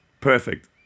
perfect